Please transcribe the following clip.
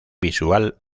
visual